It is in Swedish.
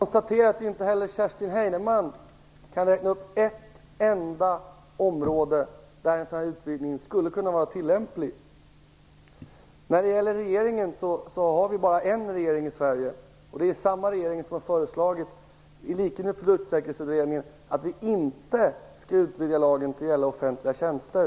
Fru talman! Jag konstaterar att inte heller Kerstin Heinemann kan ange ett enda område där en sådan här utvidgning skulle kunna vara tillämplig. Vad gäller regeringen vill jag säga att vi i Sverige bara har en enda regering, och den har i likhet med Produktsäkerhetsutredningen föreslagit att vi inte skall utvidga lagen till att gälla offentliga tjänster.